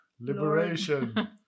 Liberation